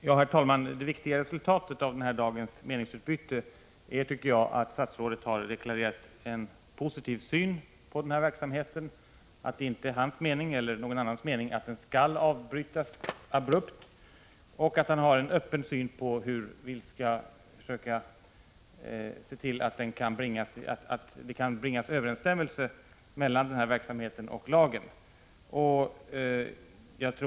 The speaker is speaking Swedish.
Under de senaste åren har landsting och kommuner blivit av med avsevärda belopp på grund av indragningar av kommunala medel till staten. På många håll måste man nu göra direkta ingrepp i verksamheten och även avbryta projekt som är ämnade att utveckla verksamhet. Det talas om trendbrott vad avser utvecklingen av hälsooch sjukvård.